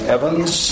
Evans